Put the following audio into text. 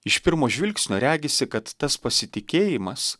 iš pirmo žvilgsnio regisi kad tas pasitikėjimas